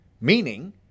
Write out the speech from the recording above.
Meaning